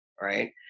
Right